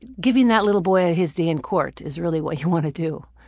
giving that little boy his day in court, is really what you want to do.